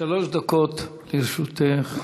שלוש דקות לרשותך.